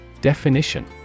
Definition